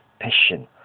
Passion